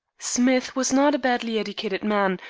smith was not a badly educated man,